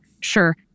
Sure